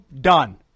done